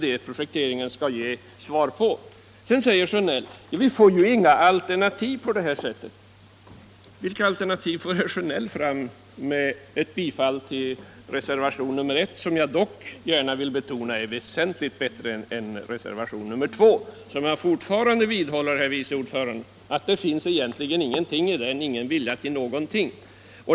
Det finns i den moderata motionen uttryck för att om inte det ena går så får man försöka med någonting annat.